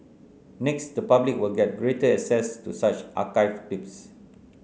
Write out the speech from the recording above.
next the public will get greater access to such archived clips